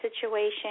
situation